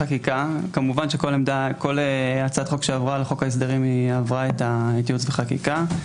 כמובן שכל הצעת חוק שעברה לחוק ההסדרים עברה את ייעוץ וחקיקה.